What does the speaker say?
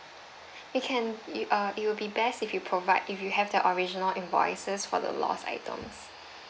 you can you uh it will be best if you provide if you have the original invoices for the lost items